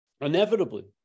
inevitably